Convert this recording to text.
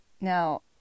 Now